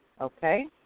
okay